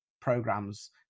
programs